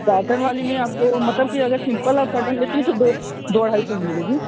cotton वाली में आपको मतलब कि अगर सिम्पल आप कॉटन लेती हैं तो दो दो ढाई सौ में मिलेगी